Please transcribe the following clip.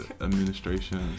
administration